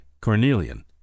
cornelian